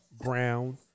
Brown